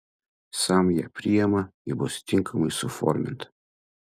sam ją priima ji bus tinkamai suforminta